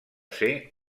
ser